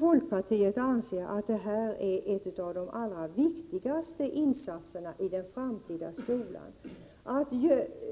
Folkpartiet anser att ett av de allra viktigaste insatserna i den framtida skolan är att